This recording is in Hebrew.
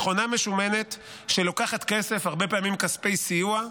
מכונה משומנת שלוקחת כסף, הרבה פעמים כספי סיוע,